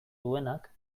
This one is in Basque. duenak